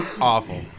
Awful